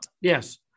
yes